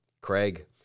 Craig